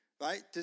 right